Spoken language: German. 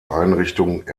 einrichtung